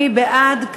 מי בעד?